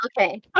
Okay